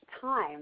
time